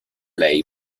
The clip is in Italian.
lei